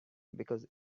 because